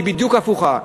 היא בדיוק הפוכה.